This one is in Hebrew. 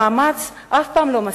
שהמאמץ אף פעם לא מספיק.